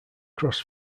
cross